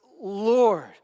Lord